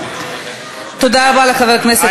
לקבל הצבעה במועד אחר?